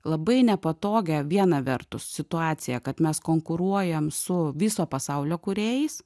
labai nepatogią viena vertus situaciją kad mes konkuruojam su viso pasaulio kūrėjais